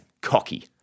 cocky